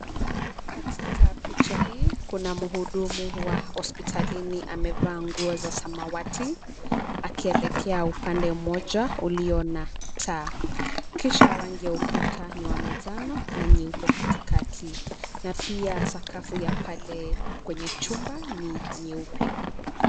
Katika picha hii, kuna mhudumu wa hospitalini, amevaa nguo za samawati akielekea upande mmoja ulio na taa. Kisha rangi ya ukuta ni wa majano na nyeupe katikati na pia sakafu ya pale kwenye chumba ni nyeupe.